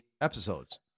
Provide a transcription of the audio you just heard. episodes